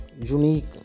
unique